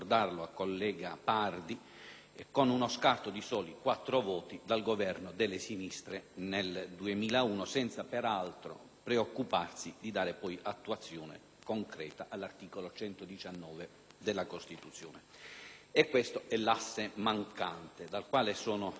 con uno scarto di soli quattro voti dal Governo delle sinistre nel 2001 senza, peraltro, preoccuparsi di dare attuazione concreta all'articolo 119 della Costituzione. È questo l'asse mancante dal quale sono in larga misura poi dipesi